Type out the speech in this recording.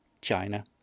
China